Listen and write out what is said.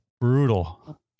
brutal